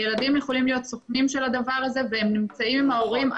הילדים יכולים להיות סוכנים של הדבר הזה והם נמצאים עם ההורים,